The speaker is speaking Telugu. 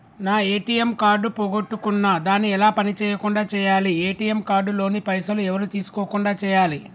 నా ఏ.టి.ఎమ్ కార్డు పోగొట్టుకున్నా దాన్ని ఎలా పని చేయకుండా చేయాలి ఏ.టి.ఎమ్ కార్డు లోని పైసలు ఎవరు తీసుకోకుండా చేయాలి?